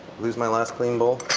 lose my last clean bowl?